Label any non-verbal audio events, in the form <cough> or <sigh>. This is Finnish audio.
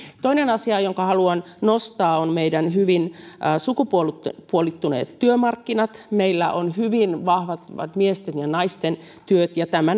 toinen asia jonka haluan nostaa esille on meidän hyvin sukupuolittuneet sukupuolittuneet työmarkkinat meillä on hyvin vahvasti miesten ja naisten työt ja tämä <unintelligible>